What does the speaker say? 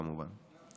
כמובן.